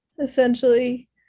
Essentially